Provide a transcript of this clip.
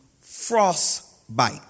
frostbite